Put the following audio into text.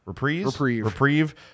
reprieve